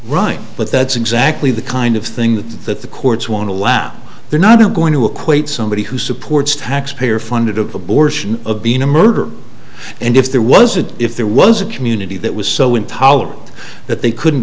running but that's exactly the kind of thing that the courts won't allow they're not going to equate somebody who supports taxpayer funded abortion of being a murderer and if there wasn't if there was a community that was so intolerant that they couldn't